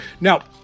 Now